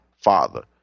Father